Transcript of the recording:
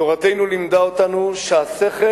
תורתנו לימדה אותנו שהשכל